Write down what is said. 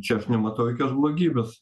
čia aš nematau jokios blogybės